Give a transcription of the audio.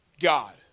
God